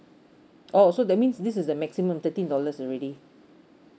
oh so that means this is the maximum thirteen dollars already